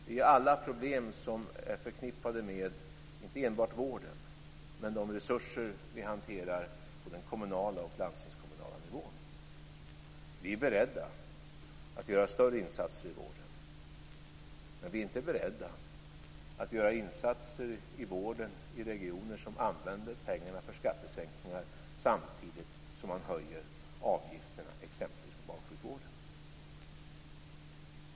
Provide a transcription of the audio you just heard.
Detta är problem som inte enbart är förknippade med vården, men de är förknippade med de resurser som vi hanterar på den kommunala och landstingskommunala nivån. Vi är beredda att göra större insatser i vården, men vi är inte beredda att göra insatser i vården i regioner som använder pengarna för skattesänkningar samtidigt som man höjer avgifterna för exempelvis barnsjukvården.